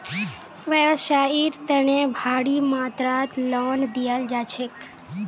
व्यवसाइर तने भारी मात्रात लोन दियाल जा छेक